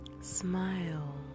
smile